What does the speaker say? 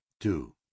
two